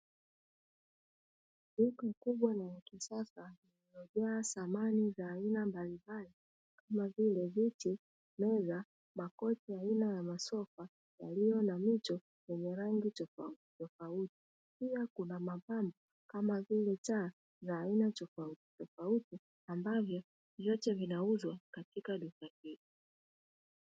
Duka kubwa na la kisasa limejaa samani za aina mbalimbali kama vileviti, meza na makochi aina ya masofa yaliyo na mito yenye rangi tofauti tofauti, pia kuna mapambo kama vile taa za aina tofauti tofauti ambavyo vyote vinauzwa katika duka hilo.